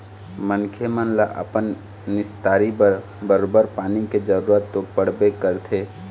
मनखे मन ल अपन निस्तारी बर बरोबर पानी के जरुरत तो पड़बे करथे